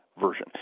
version